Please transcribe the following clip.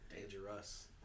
Dangerous